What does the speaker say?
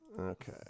Okay